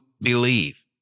believe